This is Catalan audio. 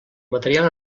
material